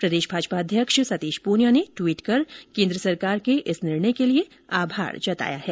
प्रदेश भाजपा अध्यक्ष सतीश पूनिया ने ट्वीट कर केन्द्र सरकार के इस निर्णय के लिए आभार जताया है